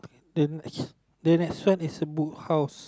the the next one is the Book House